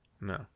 No